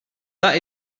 that